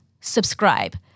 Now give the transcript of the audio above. subscribe